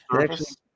service